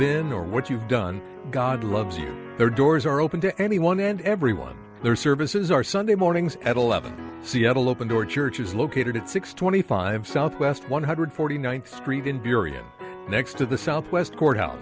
been or what you've done god loves you there doors are open to anyone and everyone their services are sunday mornings at eleven seattle open door church is located at six twenty five south west one hundred forty ninth street in period next to the southwest courthouse